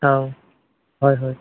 অঁ হয় হয়